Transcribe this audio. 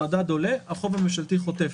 המדד עולה החוב הממשלתי חוטף.